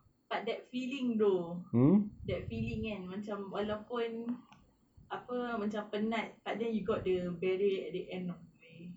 but that feeling though that feeling kan macam walaupun apa macam penat but then you got your beret at the end of way